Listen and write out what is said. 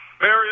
Barry